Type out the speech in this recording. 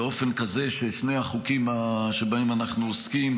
באופן כזה ששני החוקים שבהם אנחנו עוסקים